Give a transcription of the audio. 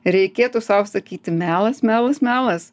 reikėtų sau sakyti melas melas melas